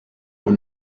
aux